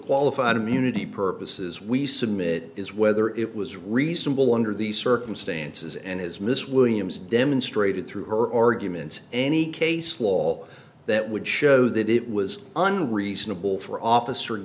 qualified immunity purposes we submit is whether it was reasonable under these circumstances and his miss williams demonstrated through her arguments any case law that would show that it was unreasonable for officer